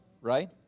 right